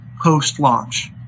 post-launch